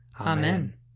Amen